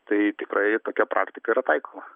tai tikrai tokia praktika yra taikoma